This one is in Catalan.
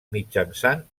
mitjançant